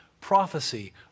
prophecy